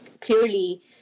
clearly